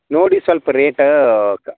ನೋಡಿ ಸೊಲ್ಪ ರೇಟ್